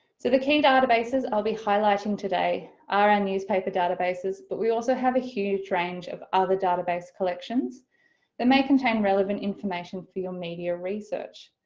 so the key databases i'll be highlighting today are our newspaper databases but we also have a huge range other database collections they may contain relevant information for your media research.